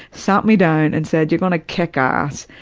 sat me down, and said you're gonna kick ass.